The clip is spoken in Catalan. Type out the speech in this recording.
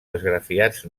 esgrafiats